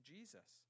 Jesus